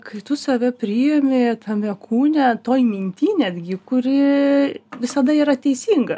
kai tu save priimi tame kūne toj minty netgi kuri visada yra teisinga